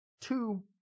two